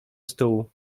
stół